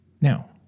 Now